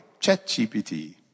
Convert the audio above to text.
ChatGPT